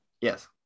Yes